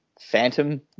phantom